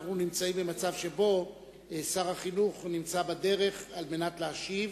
אנחנו נמצאים במצב שבו שר החינוך נמצא בדרך על מנת להשיב.